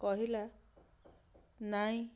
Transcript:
କହିଲା ନାଇଁ